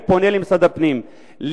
אני פונה למשרד הפנים,